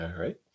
right